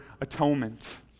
atonement